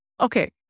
Okay